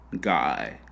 guy